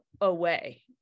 away